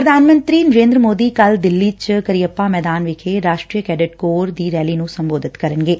ਪ੍ਰਧਾਨ ਮੰਤਰੀ ਨਰੇਂਦਰ ਮੋਦੀ ਕੱਲ ਦਿੱਲੀ ਚ ਕਰੀਅੱਪਾ ਮੈਦਾਨ ਵਿਖੇ ਰਾਸ਼ਟਰੀ ਕੈਡਟ ਕੋਰ ਦੀ ਰੈਲੀ ਨੂੰ ਸੰਬੋਧਤ ਕਰਨਗੇ